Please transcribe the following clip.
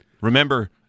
Remember